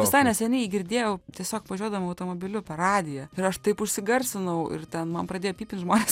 visai neseniai jį girdėjau tiesiog važiuodama automobiliu per radiją ir aš taip užsigarsinau ir ten man pradėjo pypint žmonės